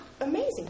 amazing